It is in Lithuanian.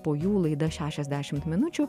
po jų laida šešiasdešimt minučių